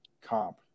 comp